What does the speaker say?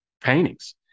paintings